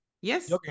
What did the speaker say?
Yes